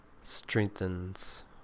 strengthens